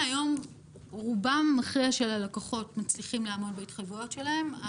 רובם המכריע של הלקוחות מצליחים לעמוד בהתחייבויות שלהם.